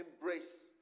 embrace